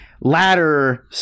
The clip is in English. ladder